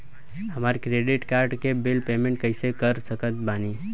हमार credit card के bill payment कइसे कर सकत बानी?